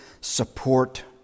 support